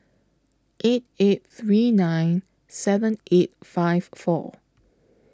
eight eight three nine seven eight five four